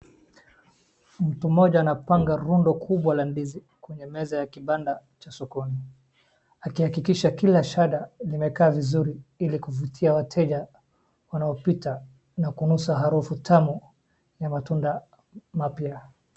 Mtu moja anapanga rundo kubwa landizi kwenye meza ya kibanda chasokoni. Akiakikisha kila shada li mekaa vizuri ili kufutia wateja wanawapita na kunusa harufu tamu ya matunda mapia.